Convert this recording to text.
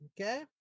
okay